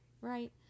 right